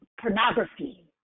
pornography